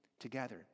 together